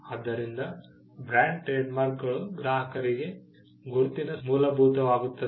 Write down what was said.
ಆದ್ದರಿಂದ ಬ್ರ್ಯಾಂಡ್ ಟ್ರೇಡಮಾರ್ಕಗಳು ಗ್ರಾಹಕರಿಗೆ ಗುರುತಿನ ಮೂಲವಾಗುತ್ತದೆ